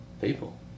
People